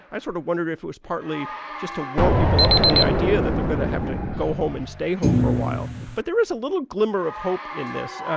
i sort of wondered if it was partly just to warm people up to the idea that they're going to have to go home and stay home for a while but there is a little glimmer of hope in this.